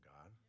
God